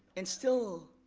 and still